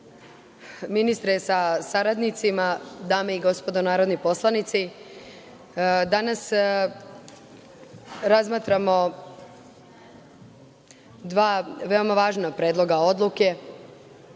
sa saradnicima, dame i gospodo narodni poslanici, danas razmatramo dva veoma važna predloga odluke